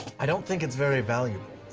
i don't think it's very valuable.